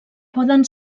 poden